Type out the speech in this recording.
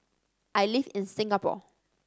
I live in Singapore